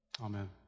Amen